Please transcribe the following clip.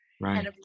Right